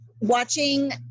watching